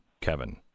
kevin